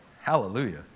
Hallelujah